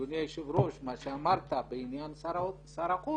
אדוני היושב ראש, מה שאמרת בעניין שר החוץ